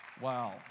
Wow